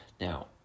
Now